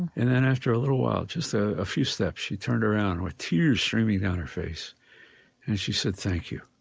and then after a little while, just a a few steps, she turned around with tears streaming down her face face and she said, thank you,